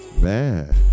man